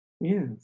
yes